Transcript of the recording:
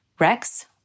Rex